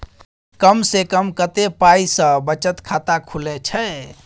कम से कम कत्ते पाई सं बचत खाता खुले छै?